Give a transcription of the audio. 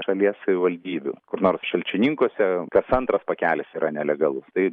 šalies savivaldybių kur nors šalčininkuose kas antras pakelis yra nelegalus tai